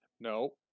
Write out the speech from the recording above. No